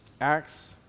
Acts